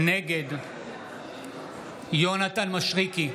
נגד יונתן מישרקי,